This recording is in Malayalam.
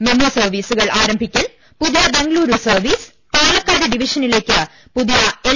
മെമുസർവീസുകൾ ആരംഭിക്കൽ പുതിയ ബംഗലുരു സർവ്വീസ് പാലക്കാട് ഡിവിഷനിലേക്ക് പുതിയ എൽ